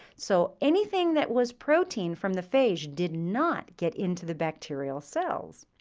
so anything that was protein from the phage did not get into the bacterial cells.